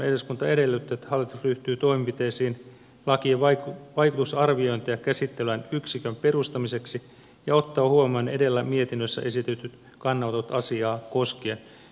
eduskunta edellyttää että hallitus ryhtyy toimenpiteisiin lakien vaikutusarviointeja käsittelevän yksikön perustamiseksi ja ottaa huomioon edellä mietinnössä esitetyt kannanotot asiaa koskien